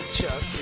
Chuck